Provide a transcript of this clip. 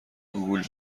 گوگول